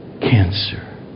cancer